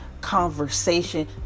conversation